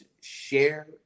share